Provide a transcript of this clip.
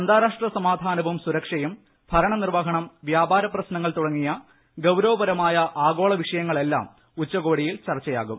അന്താരാഷ്ട്രസമാധാനവും സുരക്ഷയും ഭരണനിർവ്വഹണം വ്യാപാര പ്രശ്നങ്ങൾ തുടങ്ങിയ ഗൌരവപ്പ്രമായ് ആഗോള വിഷയങ്ങളെല്ലാം ഉച്ചകോടിയിൽ ചർച്ചയാകും